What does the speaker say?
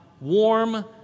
warm